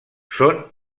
són